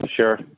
sure